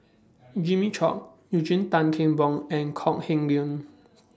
Jimmy Chok Eugene Tan Kheng Boon and Kok Heng Leun